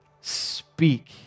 Speak